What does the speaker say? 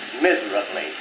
miserably